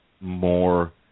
more